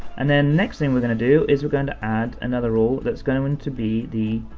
and then next thing we're gonna do, is we're going to add another rule that's going to and to be the